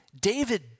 David